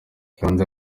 kanda